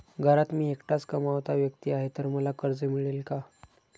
घरात मी एकटाच कमावता व्यक्ती आहे तर मला कर्ज मिळेल का?